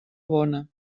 bona